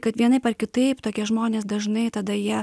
kad vienaip ar kitaip tokie žmonės dažnai tada jie